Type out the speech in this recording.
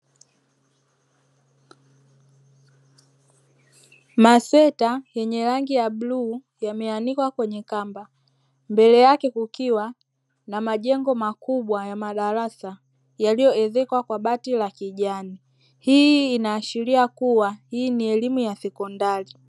Masweta yenye rangi ya bluu yameanikwa kwenye kamba mbele yake kukiwa na majengo makubwa ya madarasa yaliyoezekwa kwa bati la kijani hii inaashiria kuwa hii ni elimu ya sekondari.